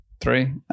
Three